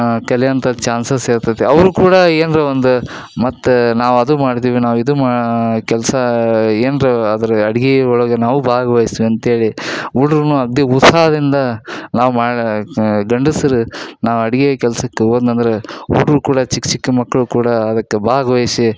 ಕಲಿಯಂಥದ್ದು chances ಇರ್ತದೆ ಅವ್ರೂ ಕೂಡ ಏನಾರೂ ಒಂದು ಮತ್ತು ನಾವು ಅದು ಮಾಡ್ದೆವಿ ನಾವು ಇದು ಮಾ ಕೆಲಸ ಏನಾರೂ ಅದ್ರ ಅಡ್ಗೆ ಒಳಗೆ ನಾವು ಭಾಗವಯ್ಸ್ವಿ ಅಂತೇಳಿ ಹುಡ್ರುನು ಅಗಧಿ ಉತ್ಸಾಹದಿಂದ ನಾವು ಮಾಡಕ್ಕೆ ಗಂಡಸ್ರು ನಾವು ಅಡ್ಗೆ ಕೆಲ್ಸಕ್ಕೆ ಹೋದ್ನಂದ್ರ ಹುಡ್ಗ್ರು ಕೂಡ ಚಿಕ್ಕ ಚಿಕ್ಕ ಮಕ್ಕಳು ಕೂಡ ಅದಕ್ಕೆ ಭಾಗವಹ್ಸಿ